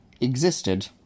existed